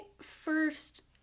first